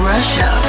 Russia